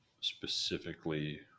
specifically